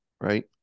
right